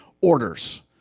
orders